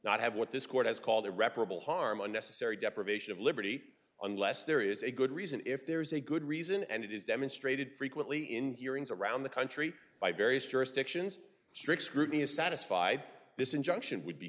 not have what this court has called a reparable harm unnecessary deprivation of liberty unless there is a good reason if there is a good reason and it is demonstrated frequently in hearings around the country by various jurisdictions strict scrutiny is satisfied this injunction would be